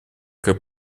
как